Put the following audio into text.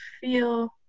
feel